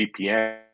VPN